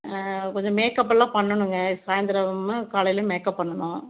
கொஞ்சம் மேக்கப்பெல்லாம் பண்ணணுங்க சாய்ந்தரமும் காலைலயும் மேக்கப் பண்ணணும்